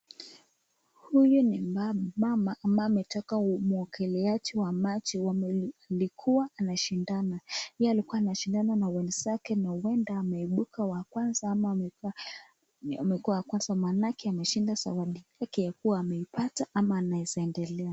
Huyu ni mama ambaye ametoka muongeleaji wa maji wamelikuwa wanashindana. Pia alikuwa anashindana na wenzake na uenda ameibuka wa kwanza ama amekuwa wa kwanza maanake ameshinda zawadi yake amepata ama anaeza endelea.